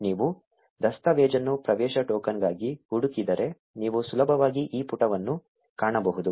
ನೀವು ದಸ್ತಾವೇಜನ್ನು ಪ್ರವೇಶ ಟೋಕನ್ಗಾಗಿ ಹುಡುಕಿದರೆ ನೀವು ಸುಲಭವಾಗಿ ಈ ಪುಟವನ್ನು ಕಾಣಬಹುದು